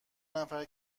نفر